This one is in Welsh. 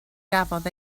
gafodd